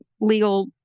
legal